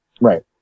Right